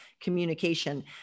communication